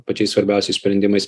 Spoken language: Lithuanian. pačiais svarbiausiais sprendimais